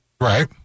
Right